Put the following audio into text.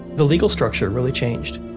the legal structure really changed.